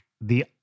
the-